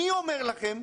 אני אומר לכם,